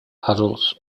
adults